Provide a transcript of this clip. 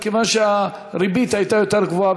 כיוון שהריבית הייתה יותר גבוהה,